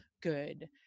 good